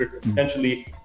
potentially